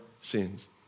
sins